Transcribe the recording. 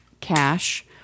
cash